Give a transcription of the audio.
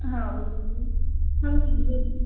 હા બોલો બોલો